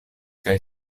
kaj